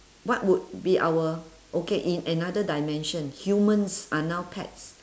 what would be our okay in another dimension humans are now pets